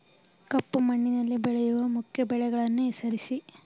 ಕಪ್ಪು ಮಣ್ಣಿನಲ್ಲಿ ಬೆಳೆಯುವ ಮುಖ್ಯ ಬೆಳೆಗಳನ್ನು ಹೆಸರಿಸಿ